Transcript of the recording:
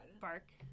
bark